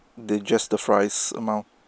the just the fries amount